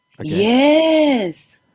Yes